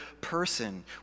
person